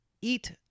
eat